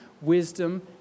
wisdom